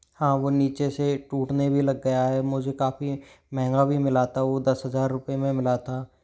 हाँ वो नीचे से टूटने भी लग गया है मुझे काफ़ी महंगा भी मिला था वो दस हज़ार रुपये में मिला था